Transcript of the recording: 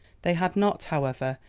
they had not, however,